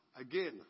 Again